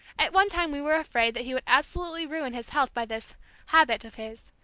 at one time we were afraid that he would absolutely ruin his health by this habit of his.